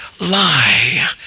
lie